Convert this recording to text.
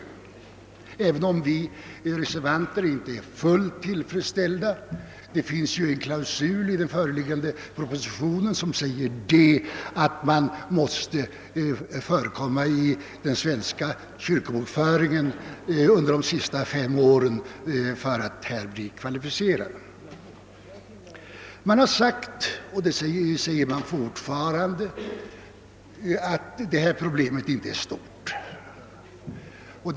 Vi reservanter är tillfredsställda, men inte fullständigt tillfredsställda — det finns en klausul i den föreliggande propositionen som säger att man måste ha förekommit i den svenska kyrkobokföringen under de senaste fem åren för att vara kvalificerad för rösträtt. Det har sagts — och det säger man fortfarande — att problemet om utlandssvenskars rösträtt inte är särskilt stort.